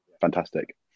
fantastic